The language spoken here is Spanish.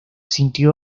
sintió